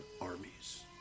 armies